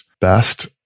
best